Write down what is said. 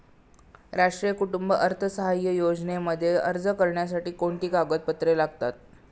राष्ट्रीय कुटुंब अर्थसहाय्य योजनेमध्ये अर्ज करण्यासाठी कोणती कागदपत्रे लागतात?